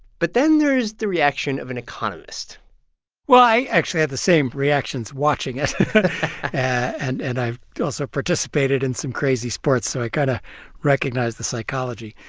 but then there's the reaction of an economist well, i actually had the same reactions watching it and and i've also participated in some crazy sports, so i kind of ah recognize the psychology.